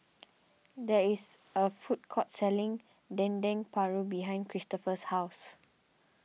there is a food court selling Dendeng Paru behind Christoper's house